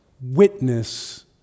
witness